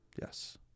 Yes